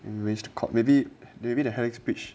manage to caught maybe maybe the helix bridge